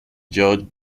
george